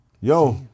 yo